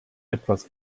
etwas